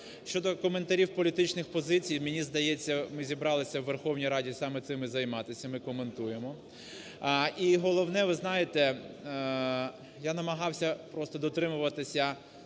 Щодо коментарів політичних позицій, мені здається, ми зібралися у Верховній Раді саме цим і займатися – ми коментуємо. І головне, ви знаєте, я намагався просто дотримуватися